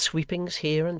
and sweepings here and there,